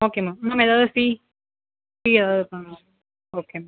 okay ma'am ma'am ஏதாவது fee fee ஏதாவது இருக்கா மேம் ஓகே மேம்